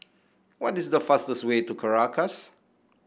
what is the fastest way to Caracas